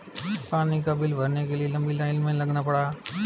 पानी का बिल भरने के लिए लंबी लाईन में लगना पड़ा